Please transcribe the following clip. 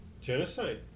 Genocide